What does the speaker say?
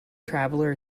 traveller